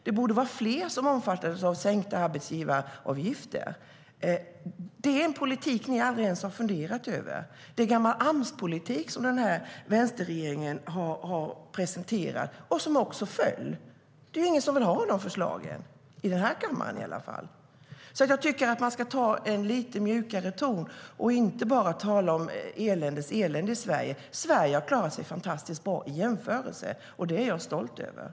Det borde vara fler som omfattades av sänkta arbetsgivaravgifter. Det är en politik ni aldrig ens har funderat över.